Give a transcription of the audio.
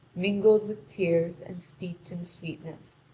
mingled with tears and steeped in sweetness.